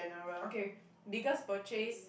okay biggest purchase